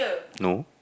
no